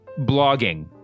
blogging